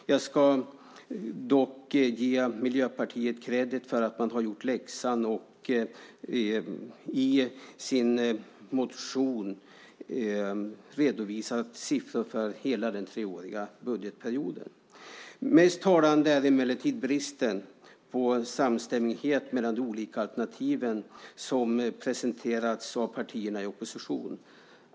Dock ska Miljöpartiet ha credit för att man gjort läxan och i sin motion redovisat siffror för hela den treåriga budgetperioden. Mest talande är emellertid bristen på samstämmighet mellan de olika alternativ som presenterats av partierna i opposition.